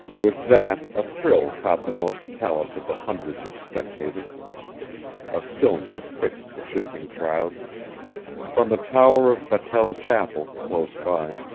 with that a thrill caught the most callous of the hundreds of spectators a stillness fixed the shifting crowd from the tower of battell chapel, close by,